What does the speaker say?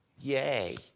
yay